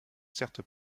certes